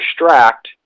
extract